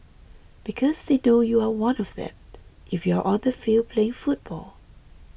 because they know you are one of them if you are on the field playing football